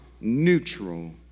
neutral